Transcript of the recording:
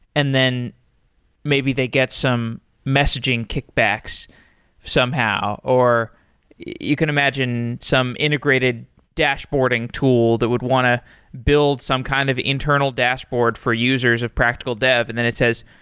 and then maybe they get some messaging kickbacks somehow, or you can imagine some integrated dashboarding tool that would want to build some kind of internal dashboard for users of practical dev. and then it says,